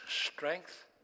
strength